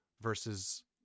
versus